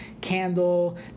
candle